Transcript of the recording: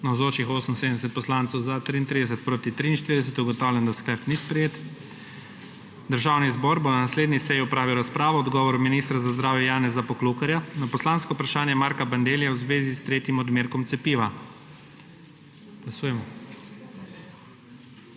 43. (Za je glasovalo 33.) (Proti 43.) Ugotavljam, da sklep ni sprejet. Državni zbor bo na naslednji seji opravil razpravo o odgovoru ministra za zdravje Janeza Poklukarja na poslansko vprašanje Marka Bandellija v zvezi s tretjim odmerkom cepiva.